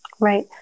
Right